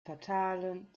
fatalen